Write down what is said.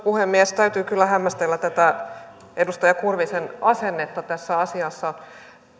puhemies täytyy kyllä hämmästellä tätä edustaja kurvisen asennetta tässä asiassa